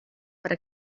para